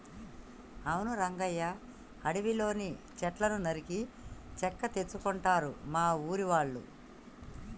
అవును రంగయ్య అడవిలోని సెట్లను నరికి చెక్క తెచ్చుకుంటారు మా ఊరి వాళ్ళు